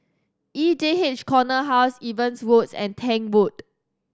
E J H Corner House Evans Road and Tank Road